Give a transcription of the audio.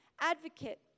advocate